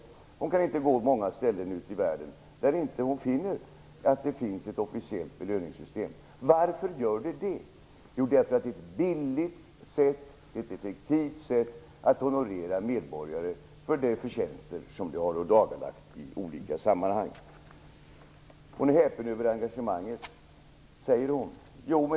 Barbro Hietala Nordlund kan inte finna många ställen i världen där det inte finns ett officiellt belöningssystem. Varför det? Jo, därför att det är ett billigt och effektivt sätt att honorera medborgare för de förtjänster som de har ådagalagt i olika sammanhang. Barbro Hietala Nordlund är häpen över engagemanget, säger hon.